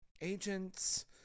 agents